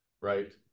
right